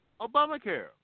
Obamacare